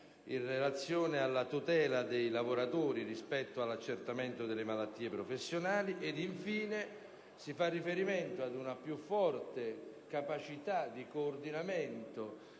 in relazione alla tutela dei lavoratori rispetto all'accertamento delle malattie professionali e infine ad una più forte capacità di coordinamento